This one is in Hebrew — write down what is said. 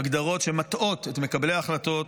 הגדרות שמטעות את מקבלי ההחלטות,